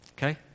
Okay